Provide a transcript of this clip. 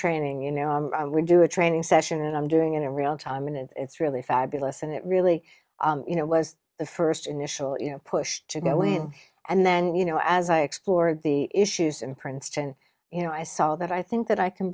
training you know we do a training session and i'm doing it in real time and it's really fabulous and it really you know was the first initial push to go in and then you know as i explored the issues in princeton you know i saw that i think that i can